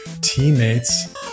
teammates